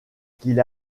qu’il